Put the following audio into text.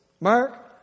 Mark